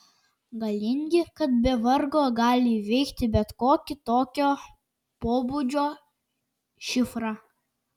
galingi kad be vargo gali įveikti bet kokį tokio pobūdžio šifrą